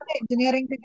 engineering